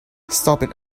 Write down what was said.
stopping